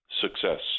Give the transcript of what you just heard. success